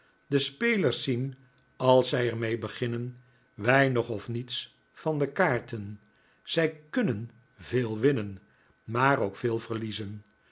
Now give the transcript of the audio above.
de spelers zien als zij er mee beginnen weinig of niets van de kaarten zij k u n n e n veel winnen maar ook veel verliezen